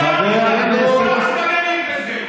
חברת הכנסת סטרוק.